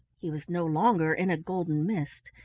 he was no longer in a golden mist.